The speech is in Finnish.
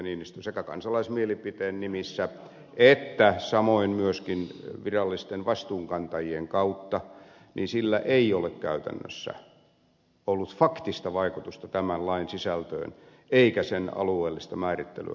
niinistö sekä kansalaismielipiteen nimissä että samoin myöskin virallisten vastuunkantajien kautta niin sillä ei ole käytännössä ollut faktista vaikutusta tämän lain sisältöön eikä sen alueellista määrittelyä koskeviin näkökantoihin